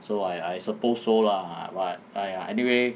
so I I suppose so lah but !aiya! anyway